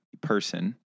person